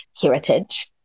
heritage